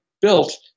built